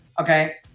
Okay